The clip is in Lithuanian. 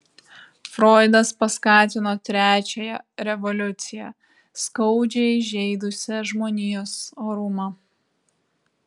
froidas paskatino trečiąją revoliuciją skaudžiai žeidusią žmonijos orumą